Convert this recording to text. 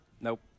Nope